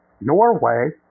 Norway